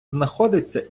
знаходиться